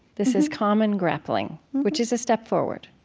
this is common grappling, which is a step forward